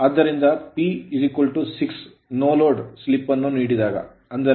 ಆದ್ದರಿಂದ P6 no load no load slip slip ಅನ್ನು ನೀಡಿದಾಗ ಅಂದರೆ s00